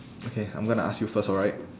okay I'm gonna ask you first alright